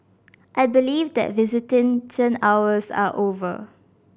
I believe that visitation hours are over